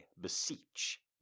Beseech